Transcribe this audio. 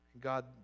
God